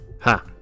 Ha